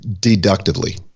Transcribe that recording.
deductively